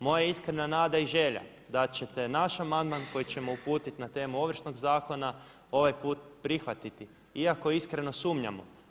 Moja je iskrena nada i želja da ćete naš amandman koji ćemo uputiti na temu Ovršnog zakona ovaj put prihvatiti iako iskreno sumnjamo.